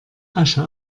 asche